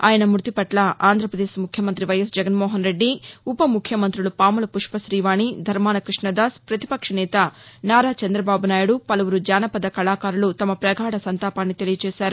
ఆయన మృతిపట్ల ఆంధ్రాపదేశ్ ముఖ్య మంతి వైఎస్ జగన్మోహన్రెడ్డి ఉప ముఖ్యమంత్రులు పాముల పుష్పత్రీవాణి ధర్మాన కృష్ణదాస్ పతిపక్షనేత నారా చంద్రబాబు నాయుడు పలువురు జానపద కళాకారులు తమప్రగాఢ సంతాపాన్ని తెలియచేశారు